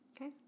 Okay